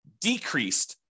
decreased